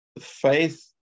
faith